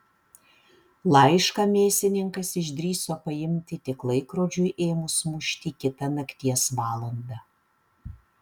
laišką mėsininkas išdrįso paimti tik laikrodžiui ėmus mušti kitą nakties valandą